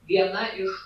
viena iš